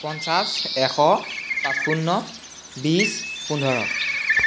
পঞ্চাছ এশ পঁচপন্ন বিশ পোন্ধৰ